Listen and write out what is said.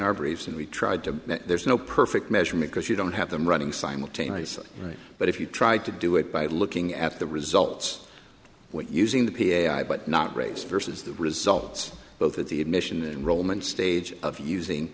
our briefs and we tried to there's no perfect measurement because you don't have them running simultaneously right but if you tried to do it by looking at the results what using the p a i but not race versus the results both at the admission and roman stage of using